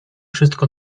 wszystko